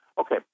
Okay